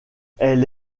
elle